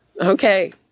Okay